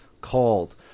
called